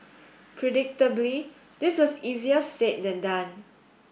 predictably this was easier said than done